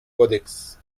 codex